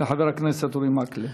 לחבר הכנסת אורי מקלב.